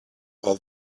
all